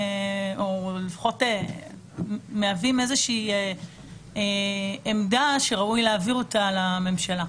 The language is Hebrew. או לפחות מהווים איזושהי עמדה שראוי להעביר אותה לממשלה.